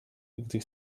gdy